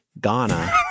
Ghana